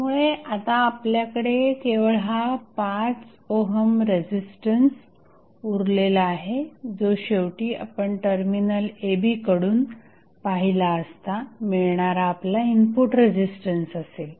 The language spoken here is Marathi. त्यामुळे आता आपल्याकडे केवळ हा 5 ओहम रेझिस्टन्स उरलेला आहे जो शेवटी आपण टर्मिनल a b कडून पाहिला असता मिळणारा आपला इनपुट रेझिस्टन्स असेल